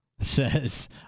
says